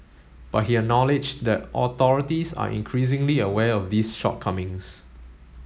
but he acknowledged that authorities are increasingly aware of these shortcomings